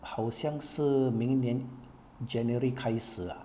好像是明年 january 开始啊